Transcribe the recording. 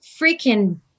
freaking